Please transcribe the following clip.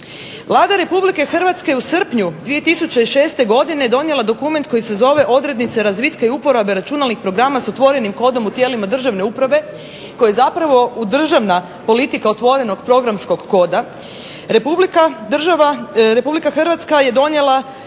Vlada Republike Hrvatske u srpnju 2006. godine donijela dokument koji se zove "Odrednica razvitka i uporabe računalnih programa sa otvorenim kodom u tijelima državne uprave" koji zapravo državna politika otvorenog programskog koda, Republike Hrvatska je donijela